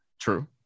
True